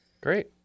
Great